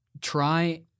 Try